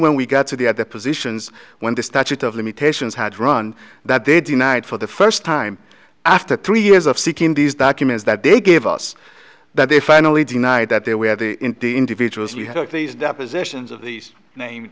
when we got to the other positions when the statute of limitations had run that they denied for the first time after three years of seeking these documents that they gave us that they finally denied that there we had the individuals you had these depositions of these unnamed